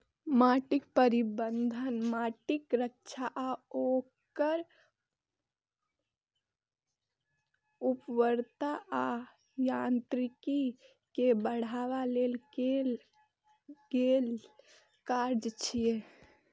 माटि प्रबंधन माटिक रक्षा आ ओकर उर्वरता आ यांत्रिकी कें बढ़ाबै लेल कैल गेल काज छियै